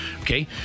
Okay